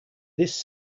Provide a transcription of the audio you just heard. this